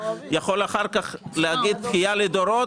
יכול אחר כך להגיד בכייה לדורות,